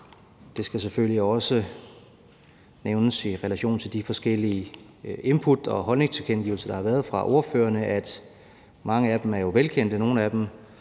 Det skal selvfølgelig også nævnes i relation til de forskellige input og holdningstilkendegivelser, der har været fra ordførerne, at mange af dem jo er velkendte.